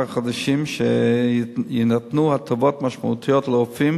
החדשים שיינתנו הטבות משמעותיות לרופאים